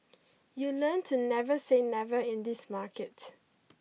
you learn to never say never in this market